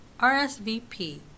RSVP